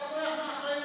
אתה בורח מאחריות.